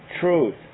truth